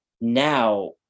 Now